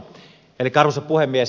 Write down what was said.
arvoisa puhemies